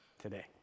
today